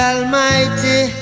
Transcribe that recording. Almighty